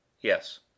Yes